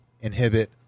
inhibit